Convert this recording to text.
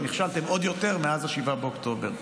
ונכשלתם עוד יותר מאז 7 באוקטובר.